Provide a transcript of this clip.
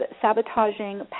sabotaging